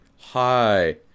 hi